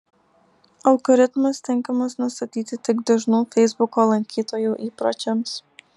algoritmas tinkamas nustatyti tik dažnų feisbuko lankytojų įpročiams